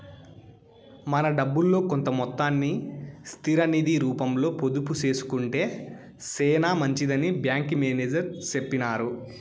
మన డబ్బుల్లో కొంత మొత్తాన్ని స్థిర నిది రూపంలో పొదుపు సేసుకొంటే సేనా మంచిదని బ్యాంకి మేనేజర్ సెప్పినారు